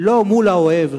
ולא מול האוהב.